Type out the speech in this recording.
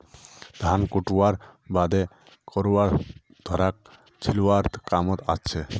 धान कुटव्वार बादे करवान घोड़ाक खिलौव्वार कामत ओसछेक